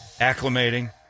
acclimating